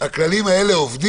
שהאחריות של הקניונים האלה,